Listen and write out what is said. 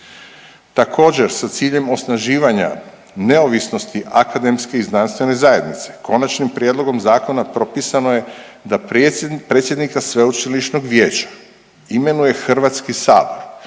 Također sa ciljem osnaživanja neovisnosti akademske i znanstvene zajednice konačnim prijedlogom zakona propisano je da predsjednika sveučilišnog vijeća imenuje Hrvatski sabor